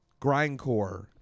Grindcore